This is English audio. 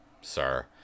sir